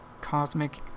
cosmic